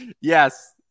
Yes